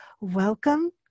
Welcome